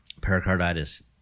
Pericarditis